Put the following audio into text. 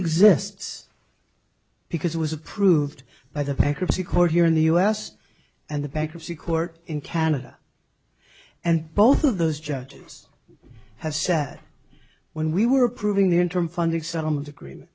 exists because it was approved by the bankruptcy court here in the us and the bankruptcy court in canada and both of those judges has said when we were approving the interim funding settlement agreement